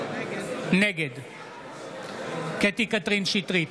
נגד קטי קטרין שטרית,